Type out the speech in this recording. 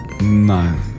No